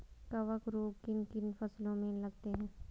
कवक रोग किन किन फसलों में लगते हैं?